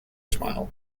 smile